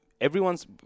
Everyone's